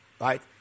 Right